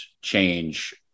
change